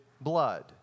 blood